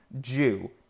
Jew